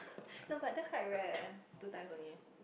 no but that's quite rare two times only